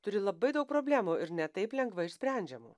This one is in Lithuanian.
turi labai daug problemų ir ne taip lengvai išsprendžiamų